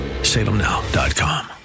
Salemnow.com